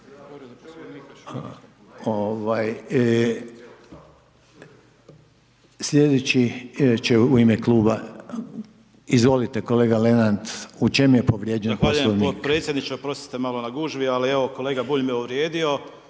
Slijedeći će u ime kluba, izvolite kolega Lenart, u čemu je povrijeđen Poslovnik. **Lenart, Željko (HSS)** Zahvaljujem potpredsjedniče, oprostite malo na gužvi, ali evo, kolega Bulj me uvrijedio